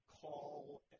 call